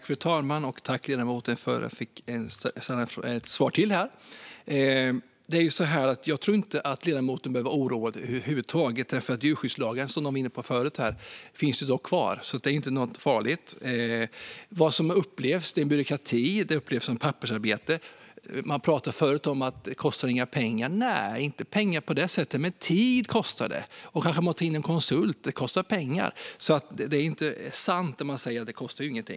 Fru talman! Tack, ledamoten, för att jag får ge ett svar till! Jag tror inte att ledamoten behöver vara oroad över huvud taget, för som någon här var inne på förut finns djurskyddslagen. Det är inte något farligt. Det som upplevs är byråkrati och pappersarbete. Man pratade förut om att det inte kostar några pengar. Nej, det kostar kanske inte pengar på det sättet, men det kostar tid. Man kanske får ta in en konsult, och det kostar pengar. Det är inte sant att det inte kostar något.